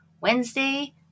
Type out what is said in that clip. Wednesday